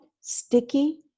sticky